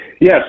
Yes